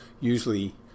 usually